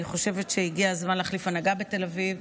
אני חושבת שהגיע הזמן להחליף הנהגה בתל אביב,